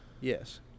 Yes